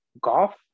golf